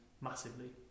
massively